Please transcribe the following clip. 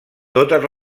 totes